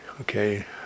okay